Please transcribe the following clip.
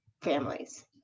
families